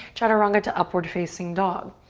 chaturanga to upward facing dog.